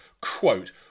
quote